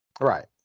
right